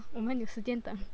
我们有时间等